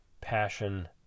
passion